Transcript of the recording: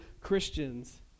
Christians